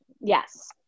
Yes